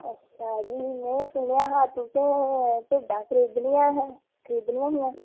जी में सुनेआ हा की तुसें भिड्डां खरीदनियां हियां